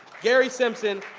gary simpson.